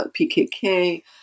PKK